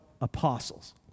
apostles